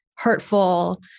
hurtful